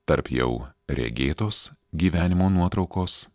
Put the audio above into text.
tarp jau regėtos gyvenimo nuotraukos